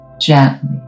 gently